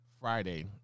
Friday